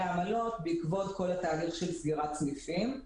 העמלות בעקבות התהליך של סגירת סניפים.